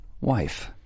Wife